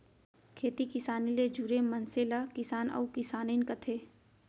खेती किसानी ले जुरे मनसे ल किसान अउ किसानिन कथें